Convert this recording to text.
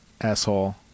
asshole